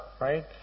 right